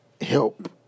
help